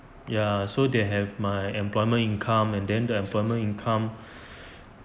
ya so they have my employment income and then the employment income